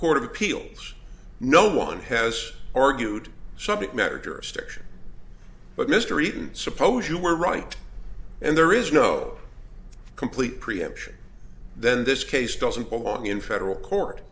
court of appeals no one has org you'd subject matter jurisdiction but mr eaton suppose you were right and there is no complete preemption then this case doesn't belong in federal